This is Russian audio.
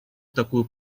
такую